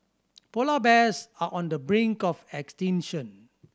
polar bears are on the brink of extinction